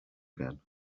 again